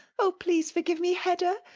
oh, please forgive me, hedda.